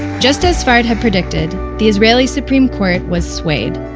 just as sfard had predicted, the israeli supreme court was swayed.